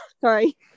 sorry